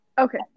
Okay